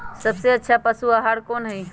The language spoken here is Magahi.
सबसे अच्छा पशु आहार कोन हई?